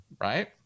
Right